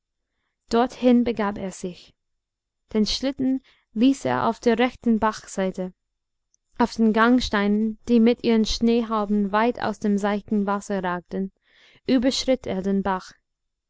dorthin begab er sich den schlitten ließ er auf der rechten bachseite auf den gangsteinen die mit ihren schneehauben weit aus dem seichten wasser ragten überschritt er den bach